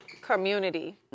community